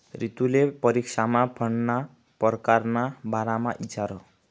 रितुले परीक्षामा फंडना परकार ना बारामा इचारं